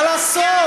מה לעשות?